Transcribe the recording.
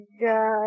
God